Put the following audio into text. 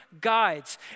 guides